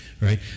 Right